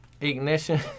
ignition